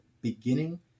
beginning